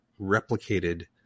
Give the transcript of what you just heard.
replicated